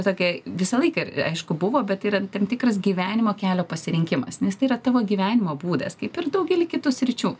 tokia visą laiką aišku buvo bet tai yra tam tikras gyvenimo kelio pasirinkimas nes tai yra tavo gyvenimo būdas kaip ir daugely kitų sričių